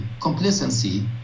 complacency